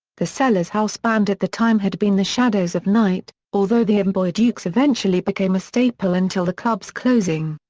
the cellar's house band at the time had been the shadows of knight, although the amboy dukes eventually became a staple until the club's closing.